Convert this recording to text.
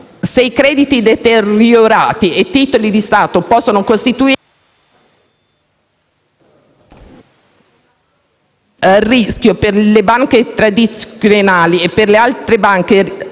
se i crediti deteriorati e i titoli di Stato possono costituire una fonte di rischio per le banche tradizionali, per altre banche